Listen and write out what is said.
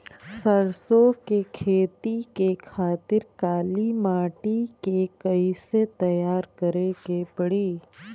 सरसो के खेती के खातिर काली माटी के कैसे तैयार करे के पड़ी?